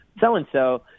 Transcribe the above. so-and-so